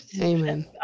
Amen